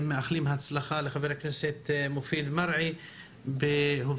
מאחלים הצלחה לחבר הכנסת מופיד מרעי בהובלת